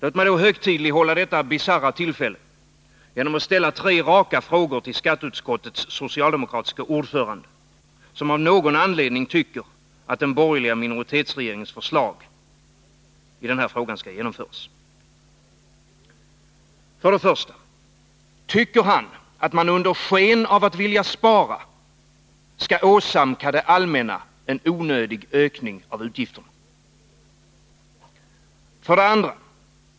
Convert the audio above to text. Låt mig högtidlighålla detta bisarra tillfälle genom att ställa tre raka frågor till skatteutskottets socialdemokratiske ordförande, som av någon anledning tycker att den borgerliga minoritetsregeringens förslag i denna fråga skall genomföras. 1. Tycker han att man under sken av att vilja spara skall åsamka det allmänna en onödig ökning av utgifterna? 2.